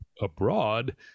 abroad